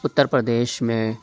اتر پردیش میں